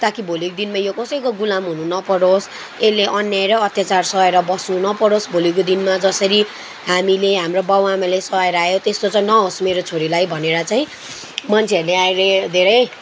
ताकि भोलिको दिनमा यो कसैको गुलाम हुनु नपरोस् यसले अन्याय र अत्याचार सहेर बस्नु नपरोस् भोलिको दिनमा जसरी हामीले हाम्रो बाउ आमाले सहेर आयो त्यस्तो चाहिँ नहोस् मेरो छोरीलाई भनेर चाहिँ मान्छेहरूले अहिले धेरै